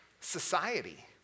society